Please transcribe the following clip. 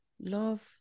Love